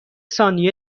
ثانیه